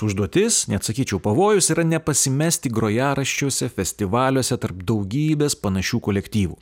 užduotis net sakyčiau pavojus yra nepasimesti grojaraščiuose festivaliuose tarp daugybės panašių kolektyvų